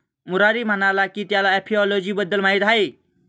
मुरारी म्हणाला की त्याला एपिओलॉजी बद्दल माहीत आहे